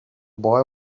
boy